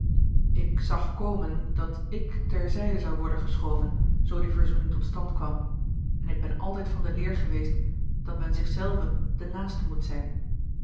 ik zag komen dat ik ter zijde zou worden geschoven zoo die verzoening tot stand kwam en ik ben altijd van de leer geweest dat men zich zelven de naaste moet zijn